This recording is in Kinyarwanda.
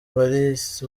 paris